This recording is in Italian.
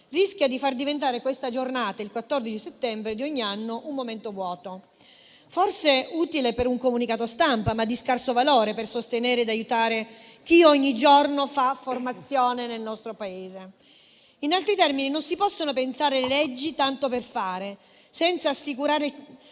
rischia di far diventare questa giornata, il 14 settembre di ogni anno, un momento vuoto, forse utile per un comunicato stampa, ma di scarso valore per sostenere ed aiutare chi ogni giorno fa formazione nel nostro Paese. In altri termini, non si possono pensare le leggi tanto per fare, senza assicurare